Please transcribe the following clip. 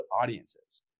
audiences